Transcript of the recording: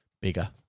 bigger